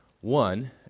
one